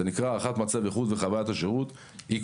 זה נקרא הערכת מצב איכות וחווית השירות,